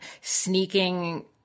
sneaking